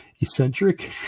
eccentric